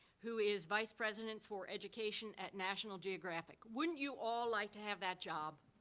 who is vice president for education at national geographic. wouldn't you all like to have that job?